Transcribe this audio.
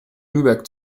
lübeck